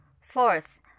Fourth